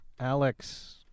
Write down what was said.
Alex